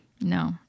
No